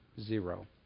Zero